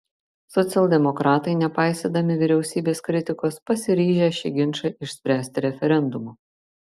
socialdemokratai nepaisydami vyriausybės kritikos pasiryžę šį ginčą išspręsti referendumu